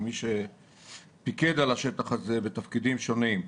כמי שפיקד על השטח הזה בתפקידים שונים.